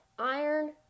iron